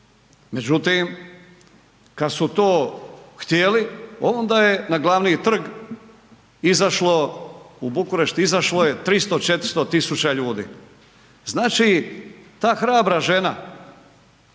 Međutim kad su to htjeli, onda je na glavni trg izašlo, u Bukurešt, izašlo je 300, 400 000 ljudi. Znači ta hrabra žena,